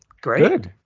Great